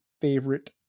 favorite